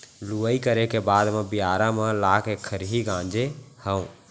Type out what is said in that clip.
लुवई करे के बाद म बियारा म लाके खरही गांजे हँव